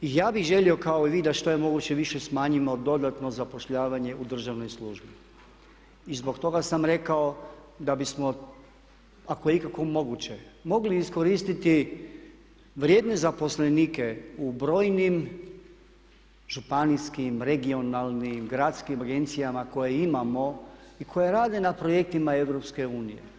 I ja bih želio kao i vi da što je moguće više smanjimo dodatno zapošljavanje u državnoj službi i zbog toga sam rekao da bismo ako je ikako moguće mogli iskoristiti vrijedne zaposlenike u brojnim županijskim, regionalnim, gradskim agencijama koje imamo i koje rade na projektima EU.